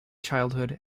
childhood